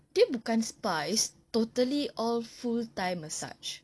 dia bukan spa it's totally all full thai massage